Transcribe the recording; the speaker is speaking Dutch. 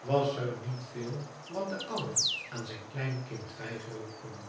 was er niet veel wat de oude aan zijn kleinkind weigeren kon